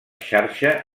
xarxa